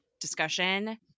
discussion